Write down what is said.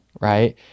right